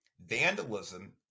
vandalism